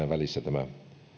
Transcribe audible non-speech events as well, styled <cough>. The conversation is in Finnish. <unintelligible> välissä